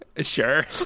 Sure